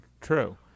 true